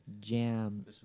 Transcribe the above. jam